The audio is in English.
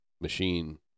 machine